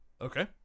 Okay